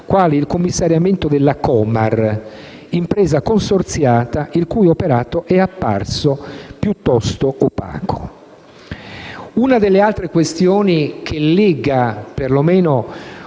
al commissariamento della Comar, impresa consorziata il cui operato è apparso piuttosto opaco. Una delle altre questioni che lega per lo meno